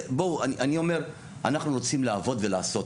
אני אומר, אנחנו רוצים לעבוד ולעשות.